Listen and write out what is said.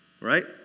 right